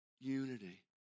unity